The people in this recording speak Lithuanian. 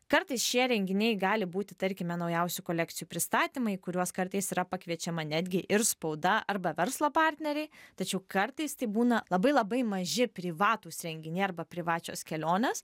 kartais šie renginiai gali būti tarkime naujausių kolekcijų pristatymai į kuriuos kartais yra pakviečiama netgi ir spauda arba verslo partneriai tačiau kartais tai būna labai labai maži privatūs renginiai arba privačios kelionės